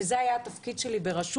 וזה היה התפקיד שלי ברשות,